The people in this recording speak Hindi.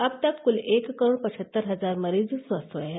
अब तक क्ल एक करोड़ पचहत्तर हजार मरीज स्वस्थ हए हैं